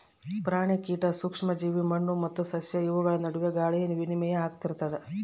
ಪ್ರಾಣಿ ಕೀಟ ಸೂಕ್ಷ್ಮ ಜೀವಿ ಮಣ್ಣು ಮತ್ತು ಸಸ್ಯ ಇವುಗಳ ನಡುವೆ ಗಾಳಿ ವಿನಿಮಯ ಆಗ್ತಾ ಇರ್ತದ